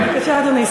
בבקשה, אדוני.